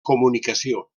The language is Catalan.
comunicació